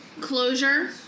closure